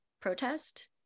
protest